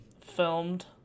filmed